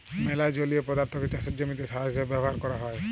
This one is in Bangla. ম্যালা জলীয় পদাথ্থকে চাষের জমিতে সার হিসেবে ব্যাভার ক্যরা হ্যয়